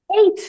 eight